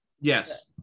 Yes